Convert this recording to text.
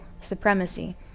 supremacy